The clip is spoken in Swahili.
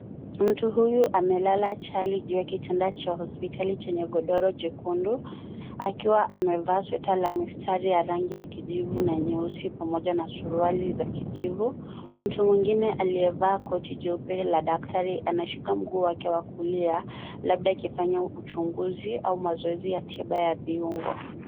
Mtu huyu amelala chali kwenye kitanda cha hospitali chenye godoro jekundu akiwa amevaa sweta lamistari ya rangi ya kijivu na nyeusi pamoja na suruali za kijivu. Mtu mwengine aliyevaa koti jeupe la daktari anashika mguu wake wa kulia labda akifanya uchunguzi au mazoezi ya tiba ya viungo.